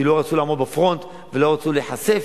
כי לא רצו לעמוד בפרונט ולא רצו להיחשף